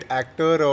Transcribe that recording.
actor